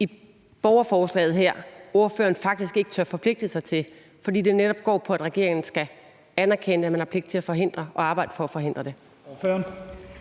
i borgerforslaget her, ordføreren faktisk ikke tør forpligte sig til, når det netop går på, at regeringen skal anerkende, at man har pligt til at forhindre det og arbejde for at forhindre det?